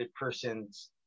person's